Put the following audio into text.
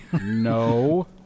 No